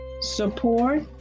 support